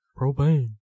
propane